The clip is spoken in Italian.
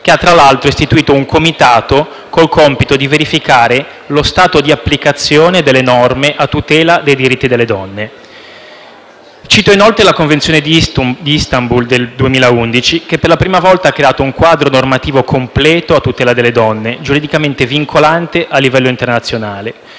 che ha tra l'altro istituito un comitato con il compito di verificare lo stato di applicazione delle norme a tutela dei diritti delle donne. Cito inoltre la Convenzione di Istanbul del 2011, che per la prima volta ha creato un quadro normativo completo a tutela delle donne, giuridicamente vincolante a livello internazionale.